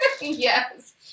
yes